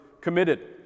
committed